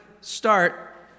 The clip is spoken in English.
start